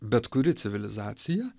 bet kuri civilizacija